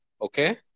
okay? (